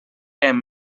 and